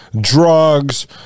drugs